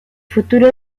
futuro